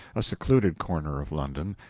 a secluded corner of london,